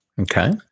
Okay